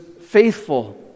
faithful